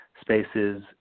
spaces